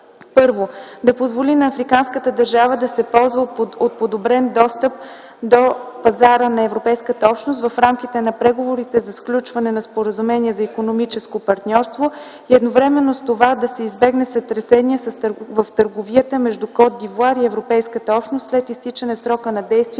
са: - да позволи на африканската държава да се ползва от подобрен достъп до пазара на Европейската общност в рамките на преговорите за сключване на споразумение за икономическо партньорство и едновременно с това да се избегнат сътресения в търговията между Кот д’Ивоар и Европейската общност след изтичане срока на действие